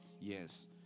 Yes